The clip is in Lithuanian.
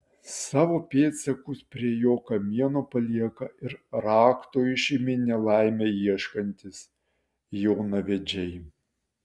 savo pėdsakus prie jo kamieno palieka ir rakto į šeimyninę laimę ieškantys jaunavedžiai